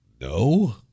No